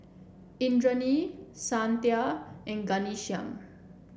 Indranee Santha and Ghanshyam